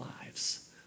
lives